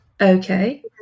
Okay